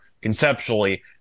Conceptually